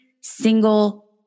single